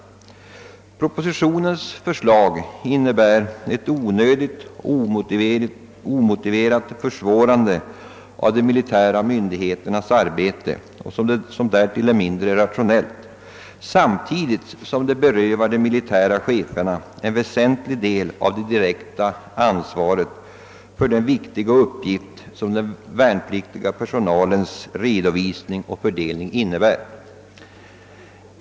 Propositionens förslag innebär ett onödigt och omotiverat försvårande av de militära myndigheternas arbete — som därtill är mindre rationellt — samtidigt som det berövar de militära cheferna en väsentlig del av det direkta ansvaret för den viktiga uppgift som den värnpliktiga personalens redovisning och fördelning utgör.